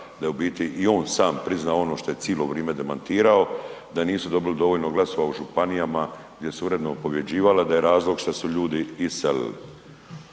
da je u biti i on sam priznao ono što je cijelo vrijeme demantirao da nisu dobili dovoljno glasova u županijama gdje su uredno pobjeđivali, a da je razlog što su ljudi iselili.